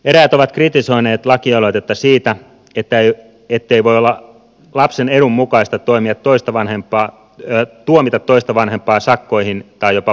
eräät ovat kritisoineet lakialoitetta siitä ettei voi olla lapsen edun mukaista tuomita toista vanhempaa sakkoihin tai jopa vankeuteen